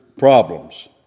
problems